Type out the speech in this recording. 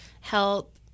help